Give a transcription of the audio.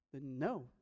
no